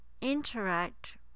interact